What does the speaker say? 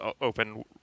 open